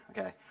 Okay